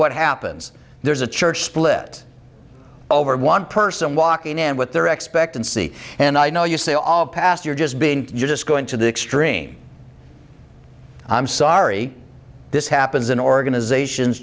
what happens there's a church split over one person walking in with their expectancy and i know you say all past you're just being you're just going to the extreme i'm sorry this happens in organizations